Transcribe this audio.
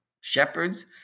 shepherds